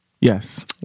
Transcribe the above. Yes